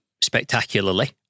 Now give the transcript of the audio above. spectacularly